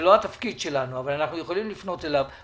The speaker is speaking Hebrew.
זה לא התפקיד שלנו אבל אנחנו יכולים לפנות אליו.